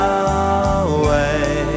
away